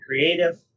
creative